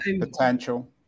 Potential